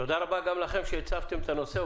תודה רבה גם לכם שהצפתם את הנושא.